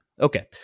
Okay